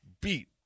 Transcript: beat